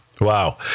Wow